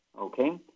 Okay